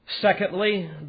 Secondly